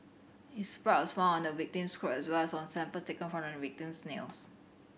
his blood was found on the victim's clothes as well as on samples taken from the victim's nails